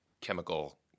chemical